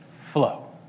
flow